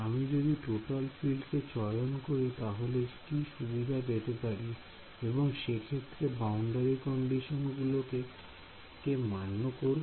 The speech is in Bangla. আমি যদি টোটাল ফিল্ড কে চয়ন করি তাহলে কি সুবিধা পেতে পারি এবং সেক্ষেত্রে বাউন্ডারি কন্ডিশন গুলিকে কে কে মান্য করবে